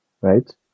right